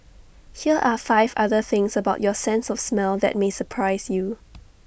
here are five other things about your sense of smell that may surprise you